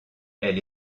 elle